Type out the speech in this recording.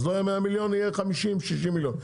אז לא יהיה 100 מיליון יהיה 50-60 מיליון.